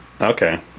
Okay